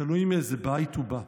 תלוי מאיזה בית הוא בא.